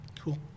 Cool